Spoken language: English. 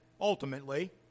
ultimately